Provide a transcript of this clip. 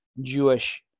Jewish